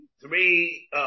Three